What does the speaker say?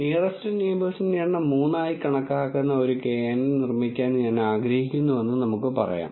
nearest നെയിബേഴ്സിന്റെ എണ്ണം 3 ആയി കണക്കാക്കുന്ന ഒരു knn നിർമ്മിക്കാൻ ഞാൻ ആഗ്രഹിക്കുന്നുവെന്ന് നമുക്ക് പറയാം